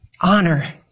honor